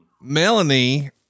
Melanie